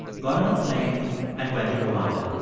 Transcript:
got on a plane and went to rwanda.